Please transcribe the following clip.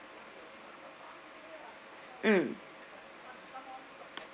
mm